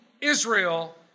Israel